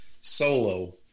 solo